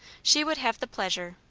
she would have the pleasure,